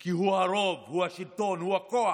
כי הוא הרוב הוא השלטון, הוא הכוח,